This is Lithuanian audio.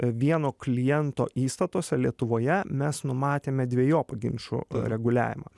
vieno kliento įstatuose lietuvoje mes numatėme dvejopą ginčų reguliavimą